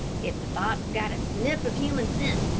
if the fox got a sniff of human scent,